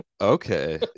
Okay